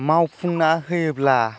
मावफुंना होयोब्ला